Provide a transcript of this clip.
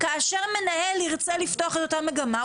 כאשר מנהל ירצה לפתוח את אותה מגמה,